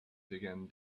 began